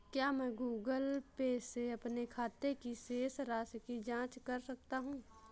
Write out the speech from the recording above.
क्या मैं Google Pay से अपने खाते की शेष राशि की जाँच कर सकता हूँ?